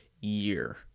year